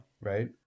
Right